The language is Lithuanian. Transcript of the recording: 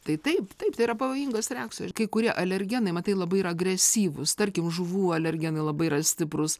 tai taip taip tai yra pavojingos reakcijos kai kurie alergenai matai labai yra agresyvūs tarkim žuvų alergenai labai yra stiprūs